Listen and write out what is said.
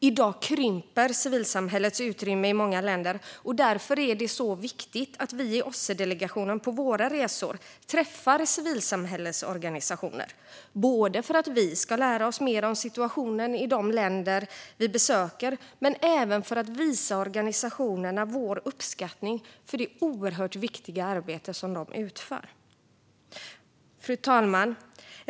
I dag krymper civilsamhällets utrymme i många länder, och därför är det så viktigt att vi i OSSE-delegationen på våra resor träffar civilsamhällesorganisationer, både för att vi ska lära oss mer om situationen i de länder vi besöker och för att visa organisationerna vår uppskattning för det oerhört viktiga arbete de utför. Fru talman!